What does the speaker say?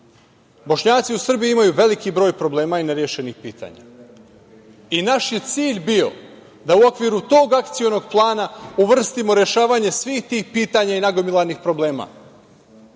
plana. Bošnjaci u Srbiji imaju veliki broj problema i nerešenih pitanja. Naš je cilj bio da u okviru tog akcionog plana uvrstimo rešavanje svih tih pitanja i nagomilanih problema.